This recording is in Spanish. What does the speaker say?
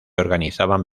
organizaban